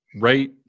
Right